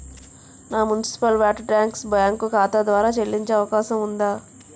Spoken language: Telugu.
నా మున్సిపల్ వాటర్ ట్యాక్స్ బ్యాంకు ఖాతా ద్వారా చెల్లించే అవకాశం ఉందా?